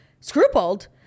scrupled